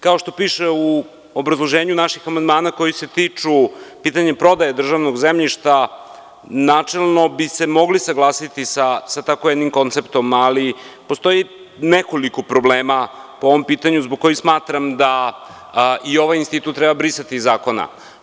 Kao što piše u obrazloženju naših amandmana koji se tiču pitanjem prodaje državnog zemljišta, načelno bi se mogli saglasiti sa tako jednim konceptom, ali postoji nekoliko problema po ovom pitanju zbog kojih smatram da i ovaj institut treba brisati iz zakona.